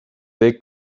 they